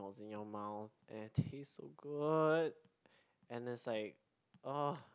was in your mouth and it tastes so good and it's like ah